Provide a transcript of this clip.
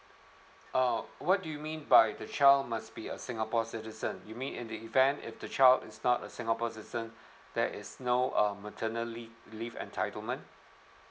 oh what do you mean by the child must be a singapore citizen you mean in the event if the child is not a singapore citizen there is no um maternal lea~ leave entitlement